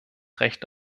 recht